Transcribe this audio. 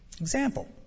Example